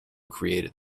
created